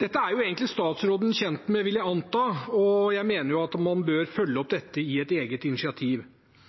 Dette er jo egentlig statsråden kjent med, vil jeg anta, og jeg mener at man bør følge opp dette i et eget initiativ.